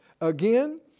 again